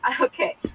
okay